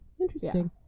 interesting